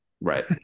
Right